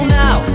now